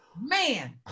man